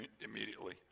immediately